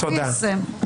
תודה.